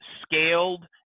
scaled